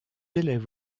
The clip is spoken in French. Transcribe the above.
élèvent